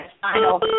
final